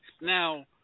Now